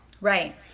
right